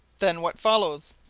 then what follows?